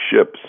ships